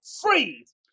freeze